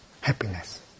happiness